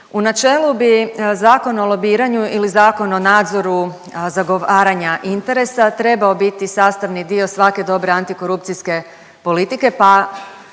U načelu bi Zakon o lobiranju ili zakon o nadzoru zagovaranja interesa trebao biti sastavni dio svake dobre antikorupcijske politike,